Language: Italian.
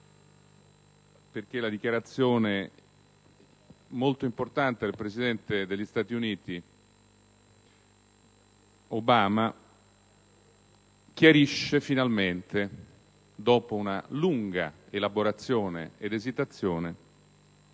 la dichiarazione, molto importante, del presidente degli Stati Uniti Obama chiarisce finalmente, dopo una lunga elaborazione ed esitazione,